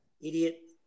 Idiot